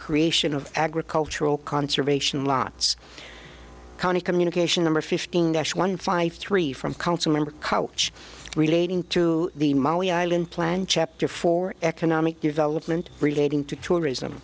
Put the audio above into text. creation of agricultural conservation lots county communication number fifteen dash one five three from council member coach relating to the maui island plan chapter for economic development relating to tourism